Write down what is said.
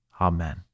Amen